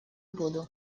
буду